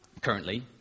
currently